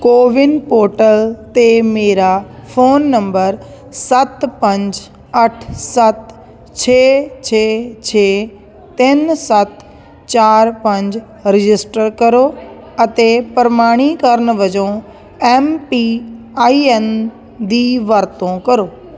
CoWIN portal 'ਤੇ ਮੇਰਾ phone number ਸੱਤ ਪੰਜ ਅੱਠ ਸੱਤ ਛੇ ਛੇ ਛੇ ਤਿੰਨ ਸੱਤ ਚਾਰ ਪੰਜ ਰਜਿਸਟਰ ਕਰੋ ਅਤੇ ਪ੍ਰਮਾਣੀਕਰਨ ਵਜੋਂ ਐਮ ਪੀ ਆਈ ਐਨ ਦੀ ਵਰਤੋਂ ਕਰੋ